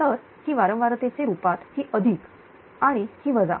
तर ही वारंवारतेचे रूपात ही अधिक आणि ही वजा